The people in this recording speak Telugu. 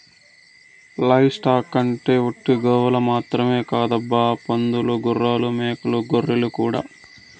లైవ్ స్టాక్ అంటే ఒట్టి గోవులు మాత్రమే కాదబ్బా పందులు గుర్రాలు మేకలు గొర్రెలు కూడా